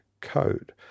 code